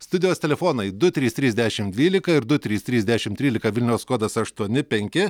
studijos telefonai du trys trys dešimt dvylika ir du trys trys dešimt trylika vilniaus kodas aštuoni penki